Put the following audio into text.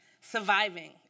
Surviving